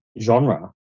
genre